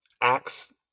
Acts